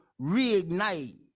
reignite